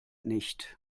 nicht